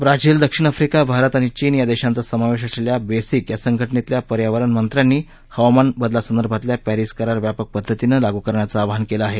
Brazil दक्षिण Africa Bharat आणि चीन या देशांचा समावेश असलेल्या बेसिक या संघटनेतल्या पर्यावरण मंत्र्यांनी हवामान बदलांसंदर्भातल्या पॅरिस करार व्यापक पद्धतीनं लागू करण्याचं आवाहन केलं आहे